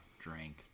drink